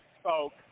spoke